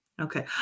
okay